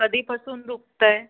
कधीपासून दुखत आहे